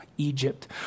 Egypt